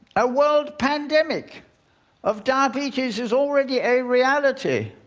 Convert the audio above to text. a world pandemic of diabetes is already a reality.